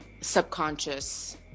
subconscious